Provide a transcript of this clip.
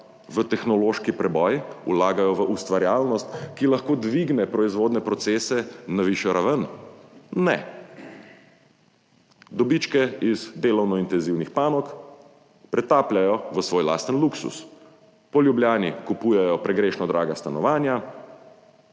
v tehnološki preboj, vlagajo v ustvarjalnost, ki lahko dvigne proizvodne procese na višjo raven? Ne. Dobičke iz delovno intenzivnih panog pretapljajo v svoj lasten luksuz. Po Ljubljani kupujejo pregrešno draga stanovanja,